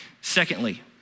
Secondly